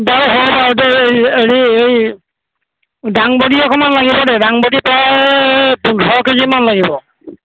বাৰু হ'ব বাৰু দেই এই হেৰি এই দাংবডি অকণমান লাগিব দেই দাংবডি পায় পোন্ধৰ কেজিমান লাগিব